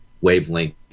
wavelength